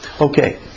Okay